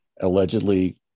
allegedly